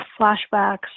flashbacks